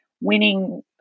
winning